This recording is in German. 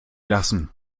lassen